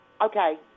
Okay